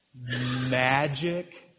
magic